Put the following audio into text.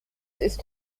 ist